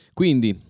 quindi